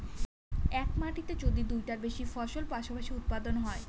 এক মাটিতে যদি দুইটার বেশি ফসল পাশাপাশি উৎপাদন হয়